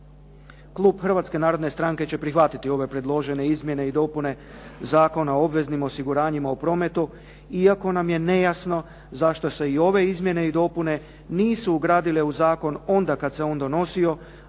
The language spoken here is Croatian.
Klub Hrvatske narodne stranke će prihvatiti ove predložene izmjene i dopune Zakona o obveznim osiguranjima u prometu, iako nam je nejasno zašto se ove izmjene i dopune nisu ugradile u zakon onda kada se on donosio,